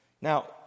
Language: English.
Now